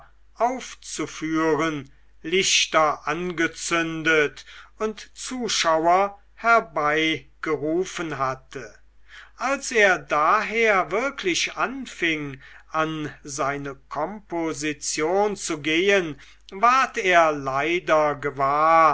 aufzuführen lichter angezündet und zuschauer herbeigerufen hatte als er daher wirklich anfing an seine komposition zu gehen ward er leider gewahr